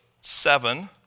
seven